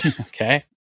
Okay